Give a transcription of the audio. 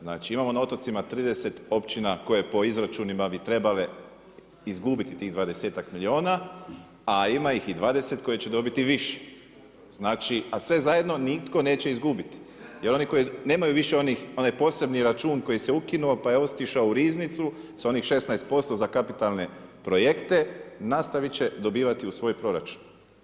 Znači imamo na otocima 30 općina koje po izračunima bi trebale izgubiti tih 20-ak milijuna, a ima ih i 20 koji će dobiti više, a sve zajedno nitko neće izgubiti jer nemaju više onaj posebni račun koji se ukinuo pa je otišao u riznicu sa onih 16% za kapitalne projekte nastavit će dobivati u svoj proračun.